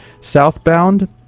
Southbound